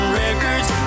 records